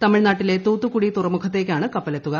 തമിഴ്നാട്ടിലെ തൂത്തുക്കുടി തുറമുഖത്തേക്കാണ് കപ്പൽ എത്തുന്നത്